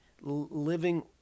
living